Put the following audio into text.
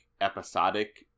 episodic